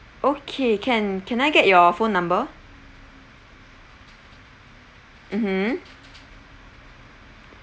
okay can can I get your phone number mmhmm